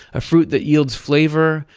a fruit that yields flavor,